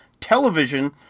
television